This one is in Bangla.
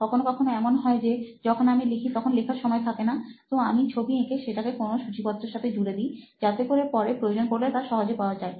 কখনো কখনো এমনও হয় যে যখন আমি লিখি তখন লেখার সময় থাকে না তো আমি ছবি এঁকে সেটা কোনো সুচিপত্রের সাথে জুড়েদি যাতে করে পরে প্রয়োজন পড়লে তা সহজে পাওয়া যায়